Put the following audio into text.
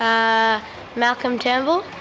um malcolm turnbull?